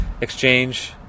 Exchange